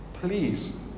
Please